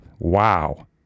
Wow